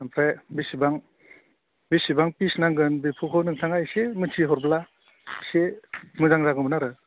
ओमफ्राय बेसेबां बेसेबां पिस नांगोन बेखौ नोंथाङा एसे मिथिहरब्ला एसे मोजां जागौमोन आरो